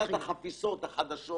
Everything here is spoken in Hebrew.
כניסת החפיסות החדשות